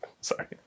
Sorry